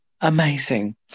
Amazing